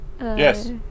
Yes